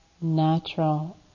natural